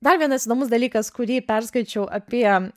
dar vienas įdomus dalykas kurį perskaičiau apie